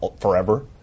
forever